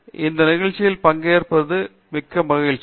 பேராசிரியர் பிரதாப் ஹரிதாஸ் நீங்கள் இங்கு இருப்பது மகிழ்ச்சி